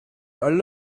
all